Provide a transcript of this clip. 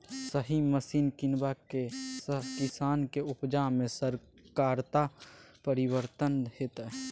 सही मशीन कीनबाक सँ किसानक उपजा मे सकारात्मक परिवर्तन हेतै